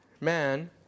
man